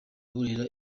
burera